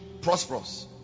prosperous